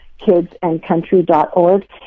KidsAndCountry.org